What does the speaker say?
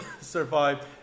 survived